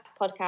podcast